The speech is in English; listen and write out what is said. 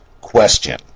Question